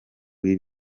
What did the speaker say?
njye